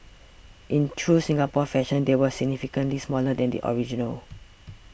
in true Singapore fashion they were significantly smaller than the original